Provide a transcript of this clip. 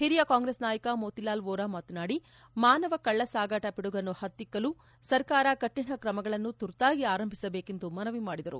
ಓರಿಯ ಕಾಂಗ್ರೆಸ್ ನಾಯಕ ಮೋತಿಲಾಲ್ ಓರಾ ಮಾತನಾಡಿ ಮಾನವ ಕಳ್ಳಸಾಗಾಟ ಪಿಡುಗನ್ನು ಪತ್ತಿಕ್ಕಲು ಸರ್ಕಾರ ಕರಣ ಕ್ರಮಗಳನ್ನು ತುರ್ತಾಗಿ ಆರಂಭಿಸಬೇಕೆಂದು ಮನವಿ ಮಾಡಿದರು